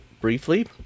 briefly